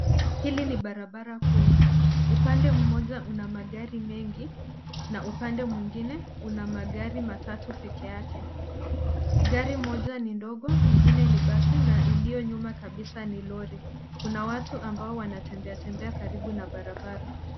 Hili ni barabara kuu. Upande mmoja una magari mengi na upande mwingine una magari matatu peke yake. Gari moja ni ndogo, ingine ni basi na iliyo nyuma kabisa ni lori. Kuna watu ambao wanatembea tembea karibu na barabara.